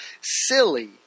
silly